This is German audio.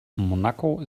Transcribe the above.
monaco